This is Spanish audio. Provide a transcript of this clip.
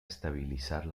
estabilizar